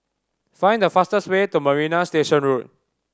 find the fastest way to Marina Station Road